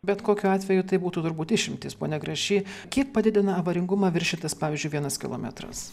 bet kokiu atveju tai būtų turbūt išimtys pone grašy kiek padidina avaringumą viršytas pavyzdžiui vienas kilometras